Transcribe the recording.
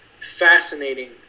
fascinating